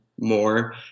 more